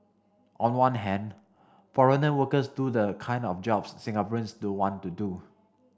on one hand foreigner workers do the kind of jobs Singaporeans don't want to do